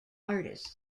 artists